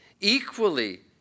equally